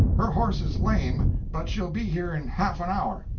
her horse is lame, but she'll be here in half an hour.